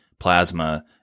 Plasma